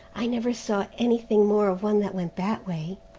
i never saw anything more of one that went that way.